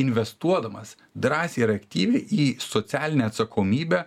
investuodamas drąsiai ir aktyviai į socialinę atsakomybę